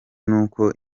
nuko